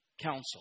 Council